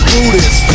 Buddhist